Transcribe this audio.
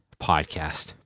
podcast